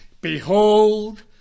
Behold